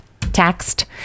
taxed